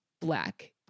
black